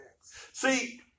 See